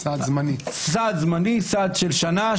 סעד זמני, סעד לשנה.